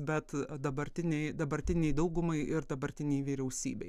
bet dabartinei dabartinei daugumai ir dabartinei vyriausybei